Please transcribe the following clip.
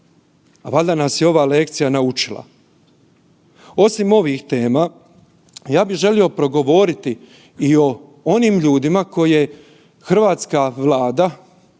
Valjda nas je ova lekcija naučila. Osim ovih tema ja bih želio progovoriti i o onim ljudima koje hrvatska Vlada